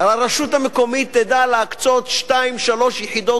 הרשות המקומית תדע להקצות שתיים-שלוש יחידות